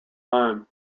time